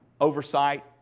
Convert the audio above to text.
oversight